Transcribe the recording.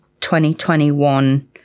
2021